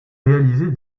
réaliser